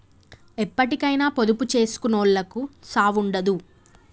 ఎప్పటికైనా పొదుపు జేసుకునోళ్లకు సావుండదు